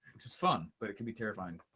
which is fun, but it can be terrifying.